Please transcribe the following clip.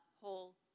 whole